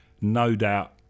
no-doubt